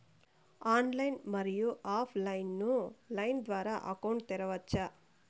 Online, మరియు offline line ద్వారా account తెరవచ్చా?